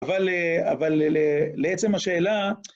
אבל לעצם השאלה...